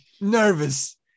nervous